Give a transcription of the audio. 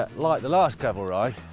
ah like the last gravel ride.